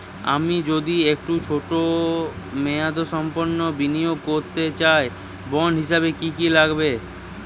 আমি যদি একটু ছোট মেয়াদসম্পন্ন বিনিয়োগ করতে চাই বন্ড হিসেবে কী কী লাগবে?